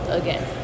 again